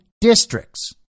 districts